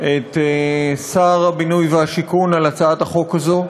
את שר הבינוי והשיכון על הצעת החוק הזאת.